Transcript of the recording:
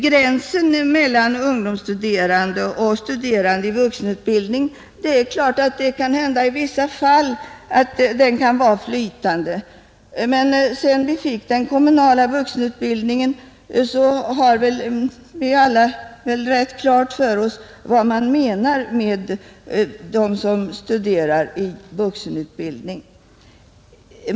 Gränsen mellan ungdomsstuderande och studerande i vuxenutbildning kan naturligtvis i vissa fall vara flytande, men sedan vi fick den kommunala vuxenutbildningen har vi väl alla rätt klart för oss vad man menar med studerande i vuxenutbildning.